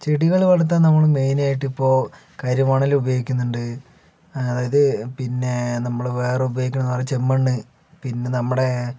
ചെടികൾ വളർത്താൻ നമ്മൾ മെയിനായിട്ടിപ്പോൾ കരിമണൽ ഉപയോഗിക്കുന്നുണ്ട് അതായത് പിന്നെ നമ്മൾ വേറെ ഉപയോഗിക്കണതെന്ന് പറഞ്ഞാൽ ചെമ്മണ്ണ് പിന്നെ നമ്മുടെ